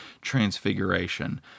Transfiguration